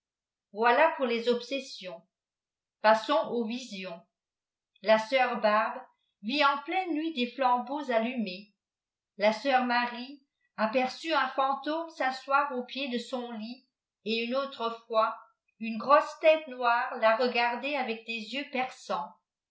voilk pour les obsessions passons aux visions la sœur barbe vit en pleine nuit des flambeaux allumés la sœur marie aperçut un ftintdme sasseoir au pied de son ut et uoe autre fois une grosse tète noire la regarder avec des yeux perçants